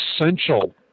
essential